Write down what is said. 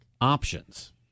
options